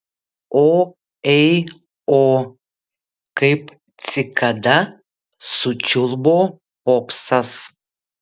o ei o kaip cikada sučiulbo popsas